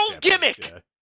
gimmick